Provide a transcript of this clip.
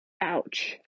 Ouch